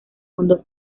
fondo